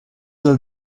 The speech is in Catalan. del